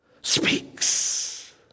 speaks